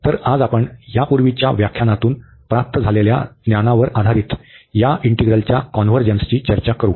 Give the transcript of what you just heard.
तर आज आपण यापूर्वीच्या व्याख्यानातून प्राप्त झालेल्या ज्ञानावर आधारित या इंटीग्रलच्या कॉन्व्हर्जन्सची चर्चा करू